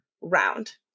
round